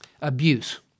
abuse